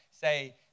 say